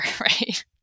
right